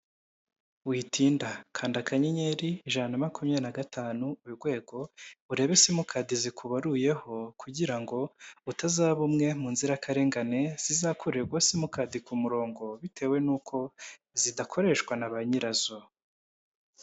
Witinda kanda kanyenyeri ijana na makumyabiri na gatanu buri rwego, urebe simukadi zikuruyeho kugira ngo utazaba umwe mu nzirakarengane, zizakurirwa simukadi ku murongo bitewe nuko zidakoreshwa na ba nyirazo.